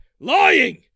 lying